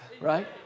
right